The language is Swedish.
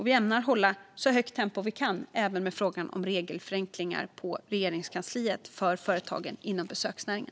Vi ämnar även hålla så högt tempo vi kan på Regeringskansliet i fråga om regelförenklingar för företag inom besöksnäringen.